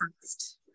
first